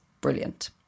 brilliant